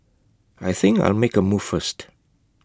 I think I'll make A move first